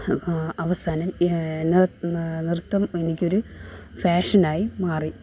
അവസാനം നൃത്തം എനിക്കൊരു പാഷനായി മാറി